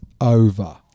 over